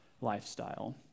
lifestyle